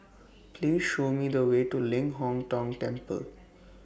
Please Show Me The Way to Ling Hong Tong Temple